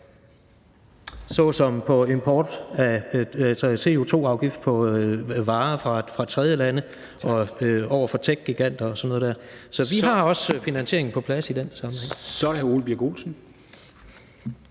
såsom CO2-afgift på importvarer fra tredjelande og over for techgiganter og sådan noget der. Så vi har også finansieringen på plads i den sammenhæng. Kl. 13:51 (Ordfører)